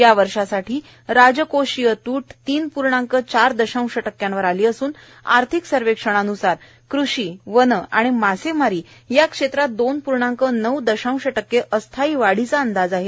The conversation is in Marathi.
या वर्षासाठी राजकोषीय टूट तीन पूर्णांक चार दशांश टक्क्यावर आले असून आर्थिक सर्वेक्षणान्सार कृषी वन आणि मासेमारी या क्षेत्रात दोन पूर्णांक नऊ दशांश टक्के अस्थायी वाढीचा अंदाज आहे